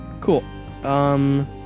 Cool